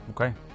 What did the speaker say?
Okay